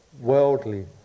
worldly